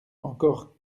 encore